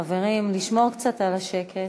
חברים, לשמור קצת על השקט.